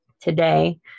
today